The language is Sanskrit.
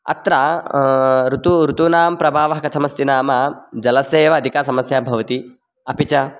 अत्र ऋतु ऋतूनां प्रभावः कथमस्ति नाम जलस्य एव अधिका समस्या भवति अपि च